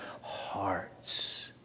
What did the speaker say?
hearts